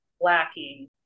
lacking